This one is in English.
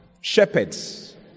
shepherds